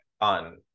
on